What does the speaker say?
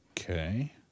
Okay